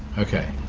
okay.